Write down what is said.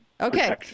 Okay